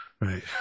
Right